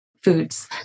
foods